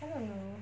hmm